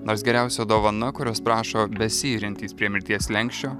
nors geriausia dovana kurios prašo besiiriantys prie mirties slenksčio